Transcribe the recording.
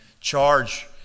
charge